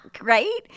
right